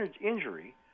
injury